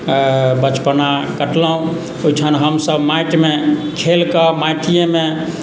बचपना कटलहुँ ओहिठाम हमसभ माटिमे खेल कऽ माटिएमे